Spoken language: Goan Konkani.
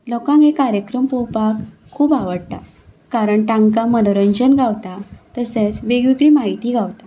लोकांक हे कार्यक्रम पोवपाक खूब आवडटा कारण तांकां मनोरंजन गावता तशेंच वेग वेगळी म्हायती गावता